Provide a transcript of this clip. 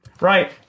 Right